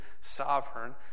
sovereign